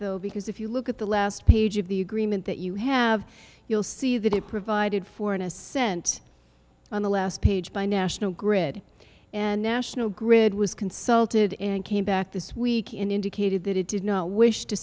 bill because if you look at the last page of the agreement that you have you'll see that it provided for an ascent on the last page by national grid and national grid was consulted and came back this week indicated that it did not wish to